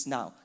Now